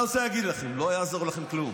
אני רוצה להגיד לכם, לא יעזור לכם כלום.